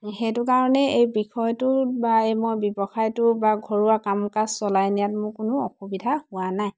সেইটো কাৰণে এই বিষয়টোত বা এই মই ব্যৱসায়টো বা ঘৰুৱা কাম কাজ চলাই নিয়াত মোৰ কোনো অসুবিধা হোৱা নাই